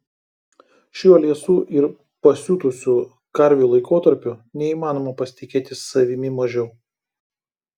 šiuo liesų ir pasiutusių karvių laikotarpiu neįmanoma pasitikėti savimi mažiau